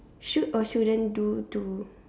should or shouldn't do to